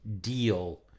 deal